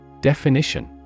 Definition